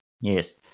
Yes